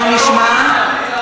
בואו נשמע.